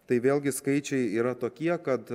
tai vėlgi skaičiai yra tokie kad